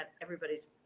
everybody's